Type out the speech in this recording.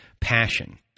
passion